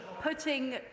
putting